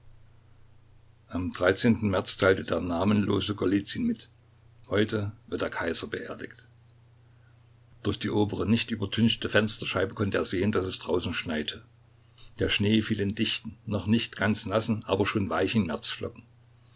am märz teilte der namenlose golizyn mit heute wird der kaiser beerdigt durch die obere nicht übertünchte fensterscheibe konnte er sehen daß es draußen schneite der schnee fiel in dichten noch nicht ganz nassen aber schon weichen